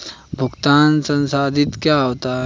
भुगतान संसाधित क्या होता है?